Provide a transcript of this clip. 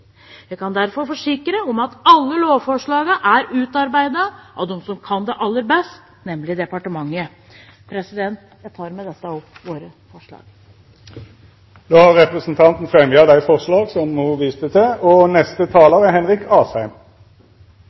Jeg kan derfor forsikre om at alle lovforslagene er utarbeidet av dem som kan dette aller best, nemlig departementet. Jeg tar med dette opp vårt forslag. Representanten Rigmor Aasrud har teke opp det forslaget ho viste til.